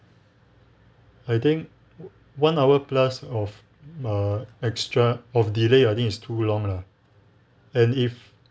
I think one hour plus of err extra of delay I think is too long lah and if